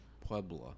Puebla